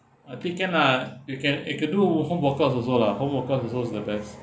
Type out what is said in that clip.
I think can lah you can you can do home workouts also lah home workouts also is the best